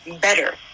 better